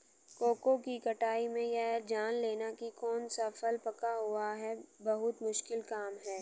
cocoa की कटाई में यह जान लेना की कौन सा फल पका हुआ है बहुत मुश्किल काम है